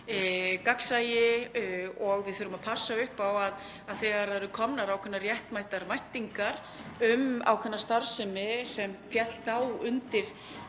gagnsæi. Við þurfum að passa upp á að þegar það eru komnar ákveðnar réttmætar væntingar um ákveðna starfsemi sem féll undir